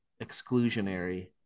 exclusionary